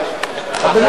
אדוני היושב-ראש,